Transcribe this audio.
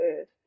Earth